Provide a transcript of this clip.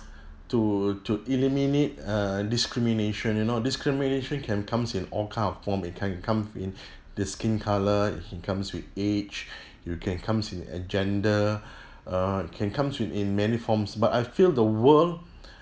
to to eliminate err discrimination you know discrimination can comes in all kind of form it can come in the skin colour in can comes with age you can comes in uh gender uh it can comes with in many forms but I feel the world